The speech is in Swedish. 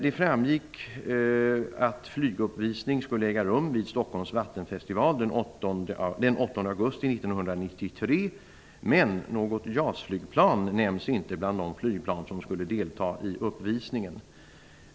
Det framgick att flyguppvisning skulle äga rum vid Stockholms vattenfestival den 8 augusti 1993, men något JAS-flygplan nämns inte bland de flygplan som skulle delta i uppvisningen.